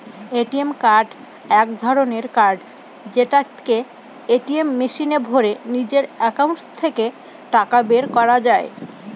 ATM card এক ধরনের card যেটাকে এটিএম মেশিনে ভোরে নিজের একাউন্ট থেকে টাকা বের করা যায়